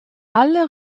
alle